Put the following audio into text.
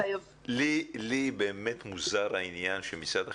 לי באמת מוזר העניין של משרד החינוך.